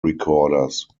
recorders